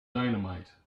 dynamite